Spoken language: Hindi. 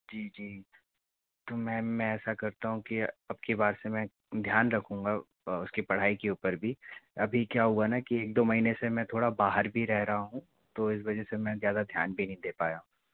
जी जी त तो मैम मैं ऐसा करता हूँ कि अबकी बार से मैं ध्यान रखूँगा उसकी पढ़ाई के ऊपर भी अभी क्या हुआ ना कि एक दो महीने से मैं थोड़ा बाहर भी रह रहा हूँ तो इस वजह से मैं ज़्यादा ध्यान भी नहीं दे पाया